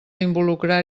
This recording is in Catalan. involucrar